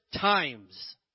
times